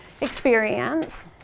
experience